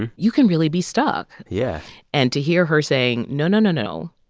and you can really be stuck yeah and to hear her saying, no, no, no, no,